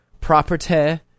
property